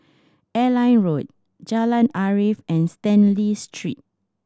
Airline Road Jalan Arif and Stanley Street